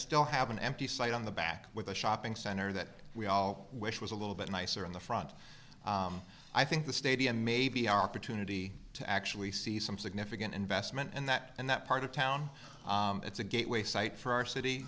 still have an empty site on the back with a shopping center that we all wish was a little bit nicer in the front i think the stadium may be our opportunity to actually see some significant investment in that and that part of town it's a gateway site for our city